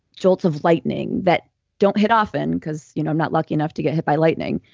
jolts of lightning that don't hit often because you know i'm not lucky enough to get hit by lightning.